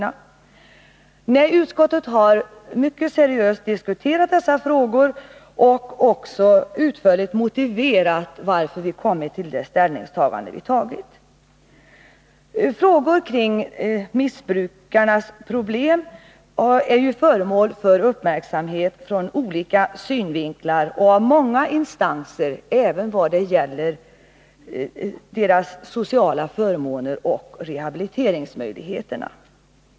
15 december 1981 Nej, utskottet har mycket seriöst diskuterat dessa frågor och även utförligt motiverat varför vi kommit till det ställningstagande som vi gjort. Frågor kring missbrukarnas problem är ju föremål för uppmärksamhet ur olika synvinklar och av många instanser, även i vad det gäller deras sociala förmåner och rehabiliteringsmöjligheter.